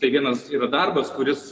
tai vienas darbas kuris